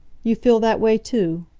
you feel that way, too?